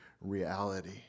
reality